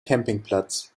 campingplatz